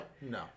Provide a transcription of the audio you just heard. no